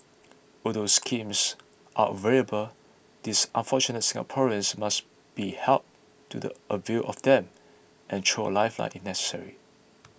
although schemes are available these unfortunate Singaporeans must be helped to the avail of them and thrown a lifeline if necessary